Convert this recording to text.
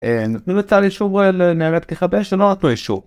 נתנו לצה"ל אישור לנהלי פתיחה באש או לא נתנו אישור